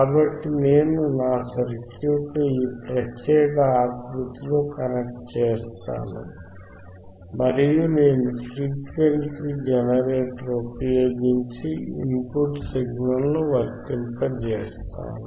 కాబట్టి నేను నా సర్క్యూట్ను ఈ ప్రత్యేక ఆకృతిలో కనెక్ట్ చేస్తాను మరియు నేను ఫ్రీక్వెన్సీ జనరేటర్ ఉపయోగించి ఇన్ పుట్ సిగ్నల్ను వర్తింపజేస్తాను